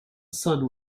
sun